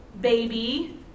baby